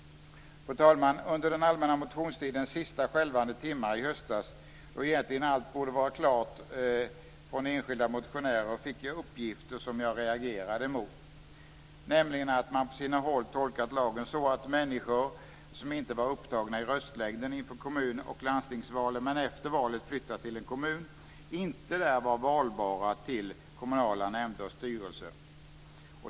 Fru talman! Under den allmänna motionstidens sista skälvande timmar i höstas, då egentligen allt borde vara klart från enskilda motionärer, fick jag uppgifter som jag reagerade mot. Man hade på sina håll tolkat lagen så att människor som inte var upptagna i röstlängden inför kommun och landstingsvalen, men efter valet flyttat till en kommun, inte där var valbara till kommunala nämnder och styrelser.